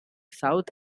south